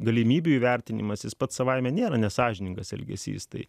galimybių įvertinimas jis pats savaime nėra nesąžiningas elgesys tai